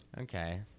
okay